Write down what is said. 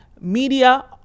media